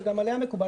וגם עליה מקובל